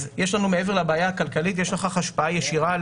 מעבר לבעיה הכלכלית יש לכך השפעה ישירה על